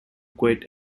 quit